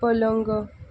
पलंग